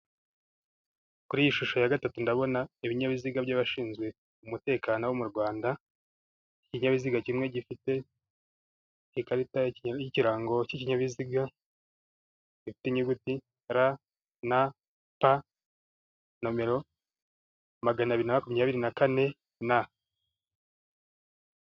Kuri iyi shusho ya gatatu ndabona ibinyabiziga by'abashinzwe umutekano wo mu Rwanda, ikinyabiziga kimwe gifite ikarita y'ikirango k'ibinyabiziga, gifite inyuguti ra na pa nomero magana abiri na makumyabiri na kane na.